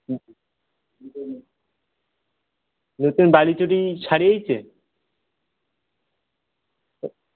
নতুন বালুচরি শাড়ি এইচে